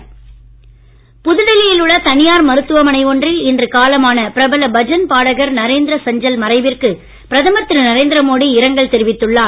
மோடி இரங்கல் புதுடெல்லியில் உள்ள தனியார் மருத்துவமனை ஒன்றில் இன்று காலமான பிரபல பஜன் பாடகர் நரேந்திர சஞ்சல் மறைவிற்கு பிரதமர் திரு நரேந்திர மோடி இரங்கல் தெரிவித்துள்ளார்